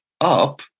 up